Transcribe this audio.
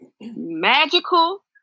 magical